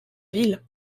ville